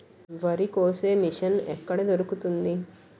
వరి కోసే మిషన్ ఎక్కడ దొరుకుతుంది?